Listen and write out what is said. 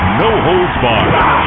no-holds-barred